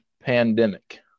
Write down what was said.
pandemic